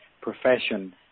profession